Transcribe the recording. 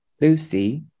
Lucy